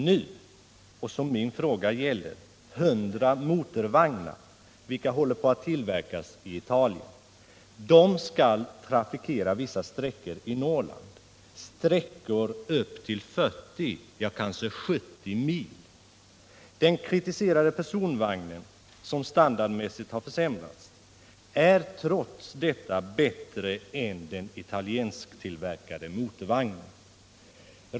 Nu är det — vilket min fråga gäller — 100 motorvagnar som håller på att tillverkas i Italien. De skall trafikera vissa sträckor i Norrland, sträckor på upp till 40 eller kanske t.o.m. 70 mil. Den kritiserade personvagnen som standardmässigt har försämrats är trots detta bättre än den italiensktillverkade motorvagnen.